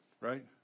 right